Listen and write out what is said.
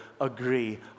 agree